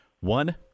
one